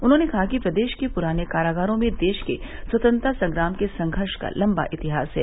उन्होंने कहा कि प्रदेश के पुराने कारागारों में देश के स्वतंत्रता संग्राम के संघर्ष का लम्बा इतिहास है